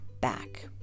back